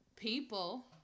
People